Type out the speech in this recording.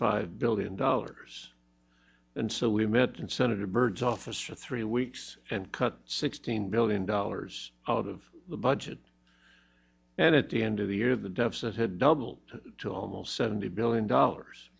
five billion dollars and so we met in senator byrd's office for three weeks and cut sixteen billion dollars out of the budget and at the end of the year the deficit had doubled to almost seventy billion dollars